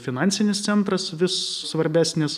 finansinis centras vis svarbesnis